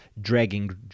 dragging